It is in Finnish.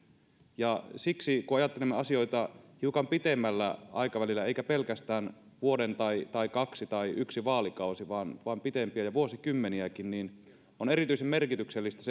siksi kun ajattelemme asioita hiukan pitemmällä aikavälillä emmekä pelkästään vuoden tai kahden tai yhden vaalikauden vaan vaan pitemmällä vuosikymmenienkin aikavälillä niin on erityisen merkityksellistä